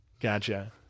Gotcha